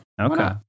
okay